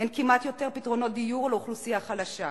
אין כמעט פתרונות דיור לאוכלוסייה חלשה.